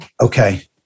Okay